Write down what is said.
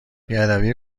بیادبی